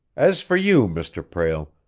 as for you, mr. prale,